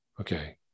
Okay